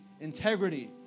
integrity